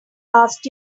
asked